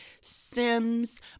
Sims